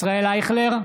ישראל אייכלר,